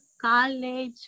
college